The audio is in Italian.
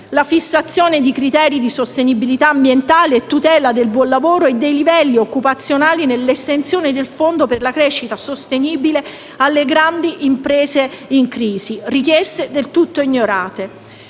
la fissazione di criteri di sostenibilità ambientale e tutela del buon lavoro e dei livelli occupazionali nell'estensione del Fondo per la crescita sostenibile alle grandi imprese in crisi. Richieste del tutto ignorate.